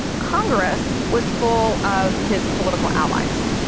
congress was full of his political allies,